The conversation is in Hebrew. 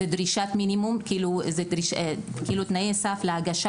זאת דרישת מינימום תנאי סף להגשה